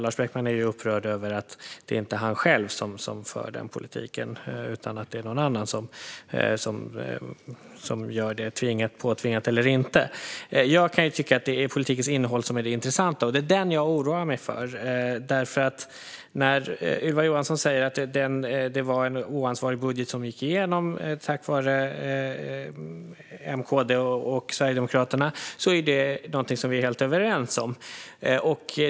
Lars Beckman är ju upprörd över att det inte är han själv som för den här politiken utan att det är någon annan som gör det, påtvingat eller inte. Jag kan tycka att det är politikens innehåll som är det intressanta, och det är det jag oroar mig för. Ylva Johansson säger att det var en oansvarig budget som gick igenom tack vare M, KD och Sverigedemokraterna. Det är vi helt överens om.